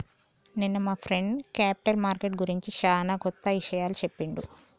నిన్న మా friend capital market గురించి చానా కొత్త ఇషయాలు చెప్పిండు